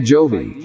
Jovi